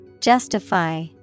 Justify